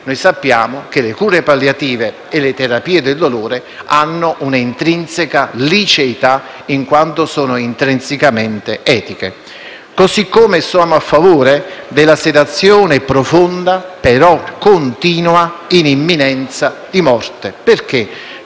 noi sappiamo che le cure palliative e le terapie del dolore hanno una intrinseca liceità in quanto sono intrinsecamente etiche. Così come sono a favore della sedazione profonda, però continua, in imminenza di morte. Perché?